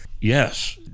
yes